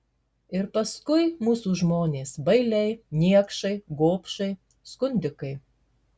ir paskui mūsų žmonės bailiai niekšai gobšai skundikai